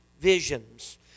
visions